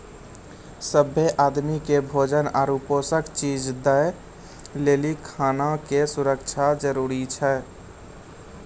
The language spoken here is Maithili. सभ्भे आदमी के भोजन आरु पोषक चीज दय लेली खाना के सुरक्षा जरूरी छै